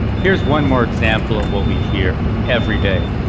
here's one more example of what we hear everyday,